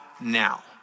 now